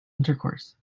intercourse